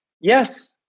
yes